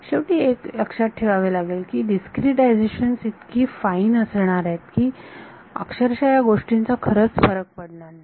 शेवटी लक्षात ठेवावे की डीस्क्रीटायझेशन्स इतकी फाईन असणार आहेत की शब्दशः या गोष्टींचा खरच फरक पडणार नाही